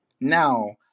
Now